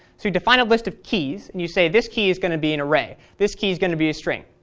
so you define a list of keys, and you say this key is going to be an array. this key is going to be a string,